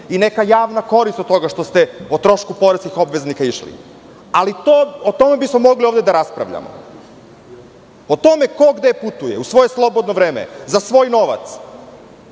i neka javna korist od toga što ste o trošku poreskih obveznika išli i o tome bismo mogli ovde da raspravljamo. Ali, da raspravljamo o tome ko gde putuje u svoje slobodno vreme, za svoj novac,